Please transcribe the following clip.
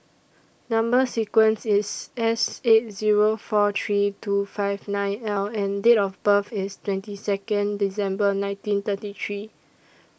Number sequence IS S eight Zero four three two five nine L and Date of birth IS twenty Second December nineteen thirty three